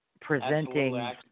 presenting